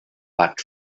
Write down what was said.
but